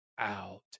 out